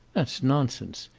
that's nonsense.